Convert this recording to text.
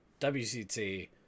WCT